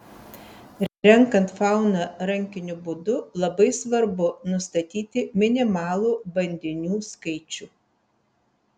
renkant fauną rankiniu būdu labai svarbu nustatyti minimalų bandinių skaičių